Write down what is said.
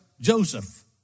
Joseph